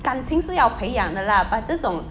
感情是要培养的 lah but 这种